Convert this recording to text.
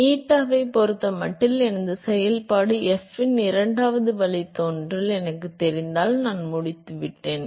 எனவே எட்டாவைப் பொறுத்தமட்டில் எனது செயல்பாடு f இன் இரண்டாவது வழித்தோன்றல் எனக்குத் தெரிந்தால் நான் முடித்துவிட்டேன்